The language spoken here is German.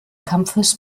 kampfes